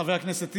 חבר הכנסת טיבי,